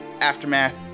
aftermath